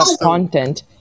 content